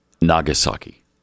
Nagasaki